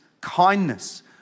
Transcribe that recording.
kindness